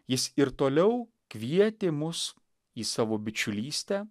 jis ir toliau kvietė mus į savo bičiulystę